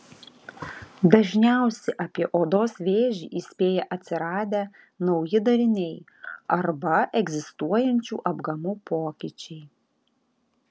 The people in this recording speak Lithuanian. dažniausi apie odos vėžį įspėja atsiradę nauji dariniai arba egzistuojančių apgamų pokyčiai